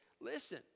listen